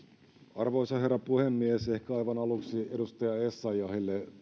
arvoisa herra puhemies ehkä aivan aluksi edustaja essayahille